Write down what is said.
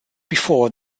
before